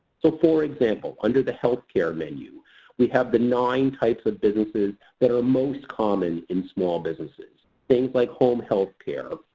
so, for example under the health care menu we have the nine types of businesses that are most common in small businesses things like home health care,